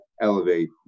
elevate